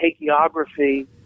hagiography